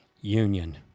Union